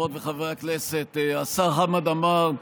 חברות וחברי הכנסת, השר חמד עמאר,